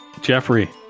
Jeffrey